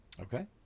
Okay